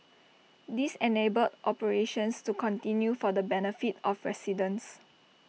this enabled operations to continue for the benefit of residents